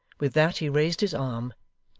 with that he raised his arm,